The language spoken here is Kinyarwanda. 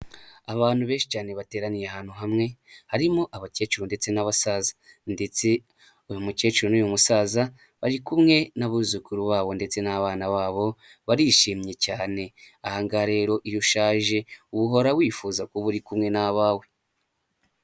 Abantu benshi cyane bateraniye ahantu hamwe, harimo abakecuru ndetse n'abasaza ndetse uyu mukecuru n'uyu musaza bari kumwe n'abuzukuru babo ndetse n'abana babo barishimye cyane, aha ngaha rero iyo ushaje uhora wifuza kuba uri kumwe n'abawe.